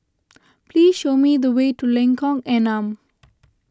please show me the way to Lengkong Enam